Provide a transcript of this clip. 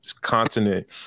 continent